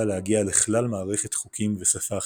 להגיע לכלל מערכת חוקים ושפה אחידים.